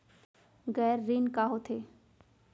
गैर ऋण का होथे?